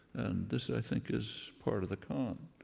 this, i think, is part of the con.